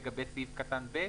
לגבי סעיף קטן(ב)